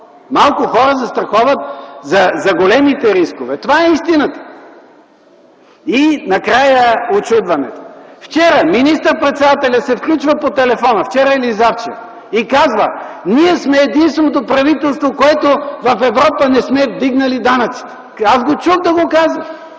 Малко хора застраховат за големите рискове. Това е истината. Накрая – учудването. Вчера или завчера министър-председателят се включва по телефона и казва: „Ние сме единственото правителство, което в Европа не сме вдигнали данъците”. Аз чух да го казва.